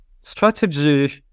strategy